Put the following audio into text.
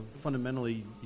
fundamentally